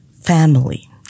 family